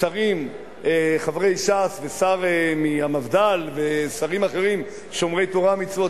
שרים חברי ש"ס ושר מהמפד"ל ושרים אחרים שומרי תורה ומצוות,